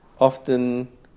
often